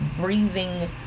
breathing